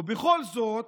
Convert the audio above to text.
ובכל זאת,